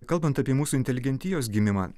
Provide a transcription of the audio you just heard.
kalbant apie mūsų inteligentijos gimimą